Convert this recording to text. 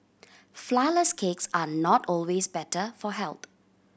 flourless cakes are not always better for health